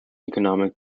economic